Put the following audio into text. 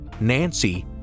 Nancy